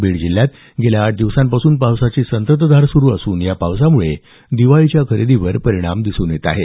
बीड जिल्ह्यात गेल्या आठ दिवसांपासून पावसाची संततधार सुरु असून या पावसामुळे दिवाळीच्या खरेदीवर परिणाम दिसून येत आहे